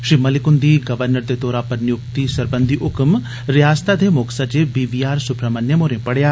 श्री मलिक हुन्दी गवर्नर दे तौरा पर नियुक्ति सरबंधी हुक्म रयासतै दे मुक्ख सचिव बी वी आर सुर्वमनियम होरे पढ़ेया